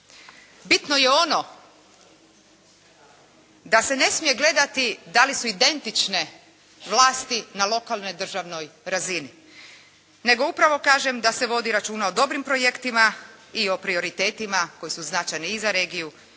bitno je ono da se ne smije gledati da li su identične vlasti na lokalnoj državnoj razini, nego upravo kažem da se vodi računa o dobrim projektima i o prioritetima koji su značajni i za regiju